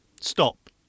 Stop